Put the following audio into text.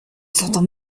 sentant